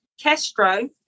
Castro